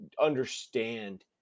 understand